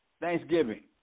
Thanksgiving